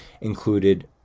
included